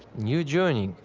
new joinee!